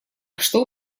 что